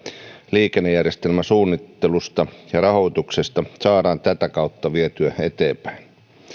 liikennejärjestelmäsuunnittelusta ja rahoituksesta saadaan tätä kautta vietyä eteenpäin